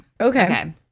Okay